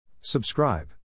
Subscribe